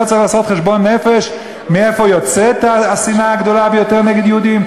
לא צריך לעשות חשבון נפש מאיפה יוצאת השנאה הגדולה ביותר נגד יהודים?